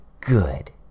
Good